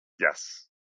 Yes